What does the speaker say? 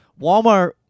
Walmart